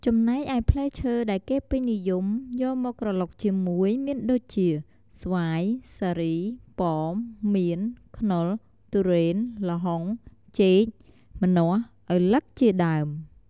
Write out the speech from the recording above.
ចំណែកឯផ្លែឈើដែលគេពេញនិយម យកមកក្រឡុកជាមួយមានដូចជា ស្វាយ សារី ប៉ោម មៀន ខ្នុរ ទុរេន ល្ហុង ចេក ម្នាស់ ឪឡឹក ជាដើម។